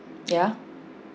yeah